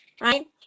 Right